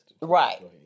right